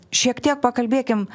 šiek tiek pakalbėkim